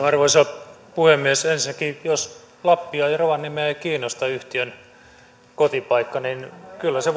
arvoisa puhemies ensinnäkin jos lappia ja ja rovaniemeä ei kiinnosta yhtiön kotipaikka niin kyllä se